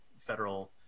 federal